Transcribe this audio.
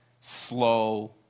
slow